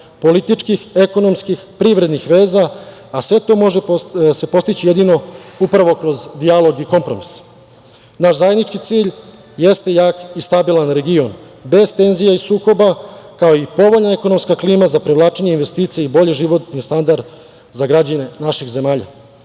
političkih, ekonomskih, privrednih veza, a sve to se može postići upravo kroz dijalog i kompromis. Naš zajednički cilj jeste jak i stabilan region, bez tenzija i sukova, kao i povoljna ekonomska klima za privlačenje investicija i bolji životni standard za građane naših zemalja.